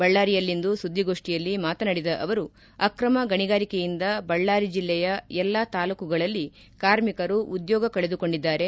ಬಳ್ಳಾರಿಯಲ್ಲಿಂದು ಸುದ್ವಿಗೋಷ್ಠಿಯಲ್ಲಿ ಮಾತನಾಡಿದ ಅವರು ಆಕ್ರಮ ಗಣಿಗಾರಿಕೆ ಯಿಂದ ಬಳ್ಳಾರಿ ಜಿಲ್ಲೆಯ ಎಲ್ಲಾ ತಾಲ್ಲೂಕುಗಳಲ್ಲಿ ಕಾರ್ಮಿಕರು ಉದ್ಯೋಗ ಕಳೆದುಕೊಂಡಿದ್ದಾರೆ